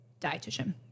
dietitian